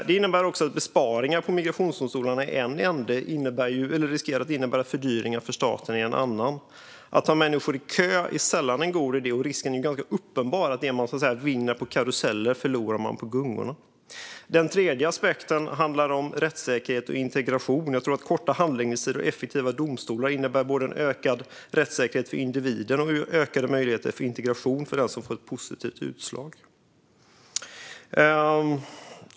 Det innebär också att besparingar på migrationsdomstolarna i ena änden riskerar att innebära fördyringar för staten i den andra änden. Att ha människor i kö är sällan en god idé, och risken är uppenbar att det man vinner på gungorna förlorar man på karusellen. Ytterligare en aspekt handlar om rättssäkerhet och integration. Jag tror att korta handläggningstider och effektiva domstolar innebär både en ökad rättssäkerhet för individen och ökade möjligheter för integration för den som får ett positivt utslag.